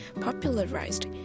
popularized